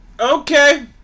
Okay